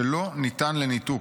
שלא ניתן לניתוק.